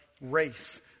race